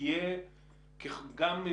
ייתכן שהיא תמשיך להיות בעייתית גם אם